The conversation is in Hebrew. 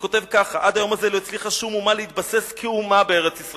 הוא כותב ככה: עד היום הזה לא הצליחה שום אומה להתבסס כאומה בארץ-ישראל,